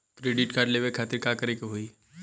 Credit card लेवे खातिर का करे के होई?